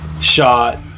shot